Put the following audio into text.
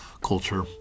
culture